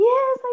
Yes